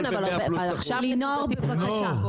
כן, אבל עכשיו --- לינור, בבקשה.